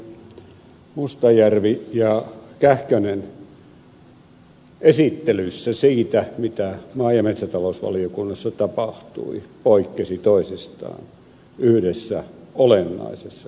edustajat mustajärvi ja kähkönen esittelyissään siitä mitä maa ja metsätalousvaliokunnassa tapahtui poikkesivat toisistaan yhdessä olennaisessa kohdassa